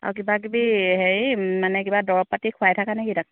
আৰু কিবাকিবি হেৰি মানে কিবা দৰৱ পাতি খোৱাই থাকা নেকি তাক